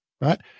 right